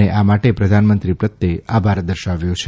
ને આ માટે પ્રધાનમંત્રી પ્રત્યે આભાર દર્શાવ્યો છે